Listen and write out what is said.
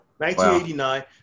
1989